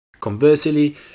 Conversely